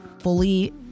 fully